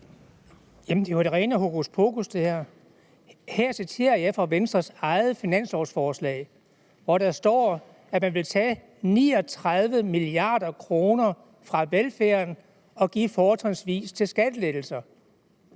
det er jo det rene hokuspokus, det her. Her citerer jeg fra Venstres eget finanslovsforslag, hvor der står, at man vil tage 39 mia. kr. fra velfærden og give fortrinsvis til skattelettelser.